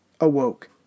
awoke